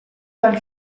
dal